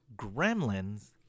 Gremlins